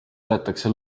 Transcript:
võetakse